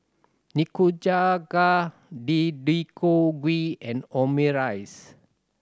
Nikujaga Deodeok Gui and Omurice